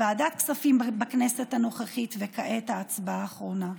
ועדת כספים בכנסת הנוכחית, וכעת, ההצבעה האחרונה.